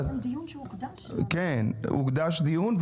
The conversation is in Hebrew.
הוקדש דיון.